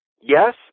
yes